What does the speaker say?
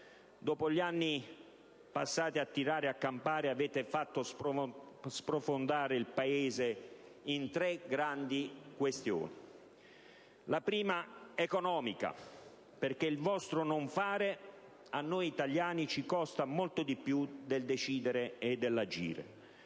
Dopo gli anni passati a tirare a campare, avete fatto sprofondare il Paese su tre grandi questioni. La prima, economica, perché il vostro non fare a noi italiani costa molto di più del decidere e dell'agire.